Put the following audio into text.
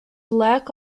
lack